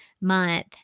month